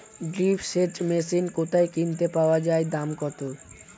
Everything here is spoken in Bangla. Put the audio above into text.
ড্রিপ সেচ মেশিন কোথায় কিনতে পাওয়া যায় দাম কত?